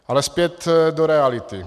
Ale zpět do reality.